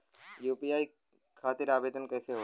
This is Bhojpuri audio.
यू.पी.आई खातिर आवेदन कैसे होला?